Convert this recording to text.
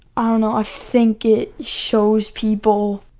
ah know. i think it shows people,